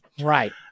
Right